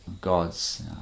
gods